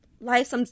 life